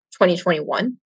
2021